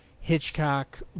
Hitchcock